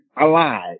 alive